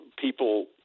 people